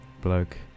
bloke